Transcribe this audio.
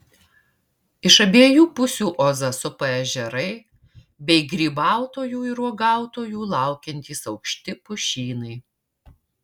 iš abiejų pusių ozą supa ežerai bei grybautojų ir uogautojų laukiantys aukšti pušynai